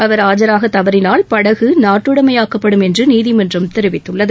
அவர் ஆஜராக தவறினால் படகு நாட்டுடமையாக்கப்படும் என்று நீதிமன்றம் தெரிவித்துள்ளது